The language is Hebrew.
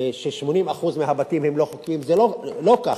ש-80% הם לא חוקיים, זה לא ככה.